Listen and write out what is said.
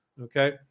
okay